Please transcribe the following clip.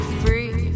free